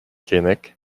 keinec